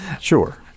Sure